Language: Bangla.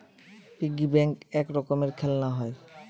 পিগি ব্যাঙ্ক এক রকমের খেলনা হয়